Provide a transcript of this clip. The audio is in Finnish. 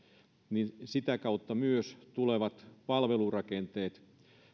sitä kautta myös tulevat palvelurakenteet